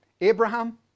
Abraham